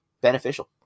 beneficial